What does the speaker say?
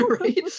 right